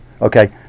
Okay